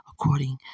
according